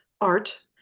art